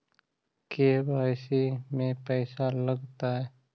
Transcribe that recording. KYC में पैसा लगतै?